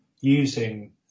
using